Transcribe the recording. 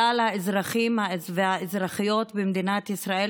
כלל האזרחים והאזרחיות במדינת ישראל,